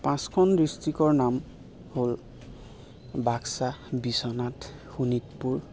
পাঁচখন ডিষ্ট্ৰিক্টৰ নাম হ'ল বাক্সা বিশ্বনাথ শোণিতপুৰ